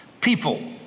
People